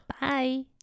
Bye